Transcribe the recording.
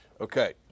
Okay